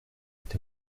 est